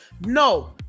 No